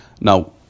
Now